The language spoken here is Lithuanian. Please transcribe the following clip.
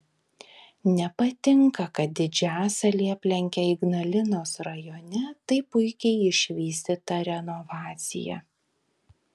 nepatinka kad didžiasalį aplenkia ignalinos rajone taip puikiai išvystyta renovacija